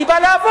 אני בא לעבוד,